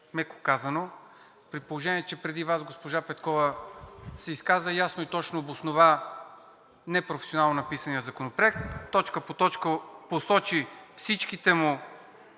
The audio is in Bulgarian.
меко казано, при положение че преди Вас госпожа Петкова се изказа ясно и точно обоснова непрофесионално написания законопроект, точка по точка посочи всичките му